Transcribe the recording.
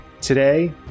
today